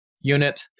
unit